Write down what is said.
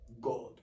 God